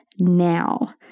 now